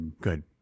good